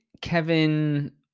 kevin